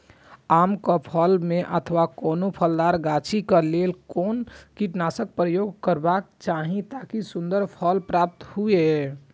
आम क फल में अथवा कोनो फलदार गाछि क लेल कोन कीटनाशक प्रयोग करबाक चाही ताकि सुन्दर फल प्राप्त हुऐ?